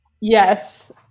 Yes